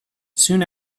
soon